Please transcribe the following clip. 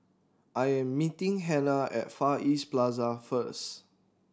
I am meeting Hanna at Far East Plaza first